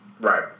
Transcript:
Right